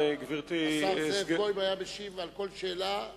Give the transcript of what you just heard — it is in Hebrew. השר זאב בוים היה משיב על כל שאלה,